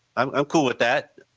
i'm cool with that.